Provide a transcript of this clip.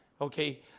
okay